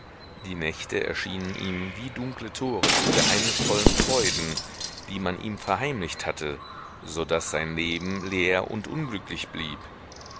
die nächte erschienen ihm wie dunkle tore zu geheimnisvollen freuden die man ihm verheimlicht hatte so daß sein leben leer und unglücklich blieb